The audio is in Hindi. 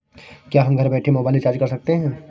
क्या हम घर बैठे मोबाइल रिचार्ज कर सकते हैं?